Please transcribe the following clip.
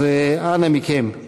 אנא מכם,